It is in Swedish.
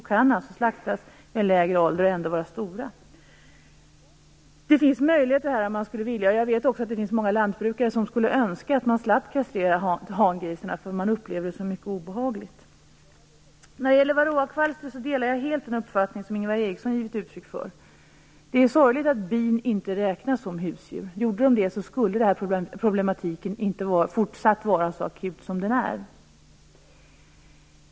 Då kan de alltså slaktas vid en lägre ålder och ändå vara stora. Det finns alltså möjligheter om man skulle vilja. Och jag vet också att många lantbrukare önskar att de slapp kastrera hangrisarna, eftersom de upplever det som mycket obehagligt. När det gäller varroakvalster delar jag helt den uppfattning som Ingvar Eriksson har givit uttryck för. Det är sorgligt att bin inte räknas som husdjur. Om de gjorde det skulle det här problemet inte vara så akut som det är.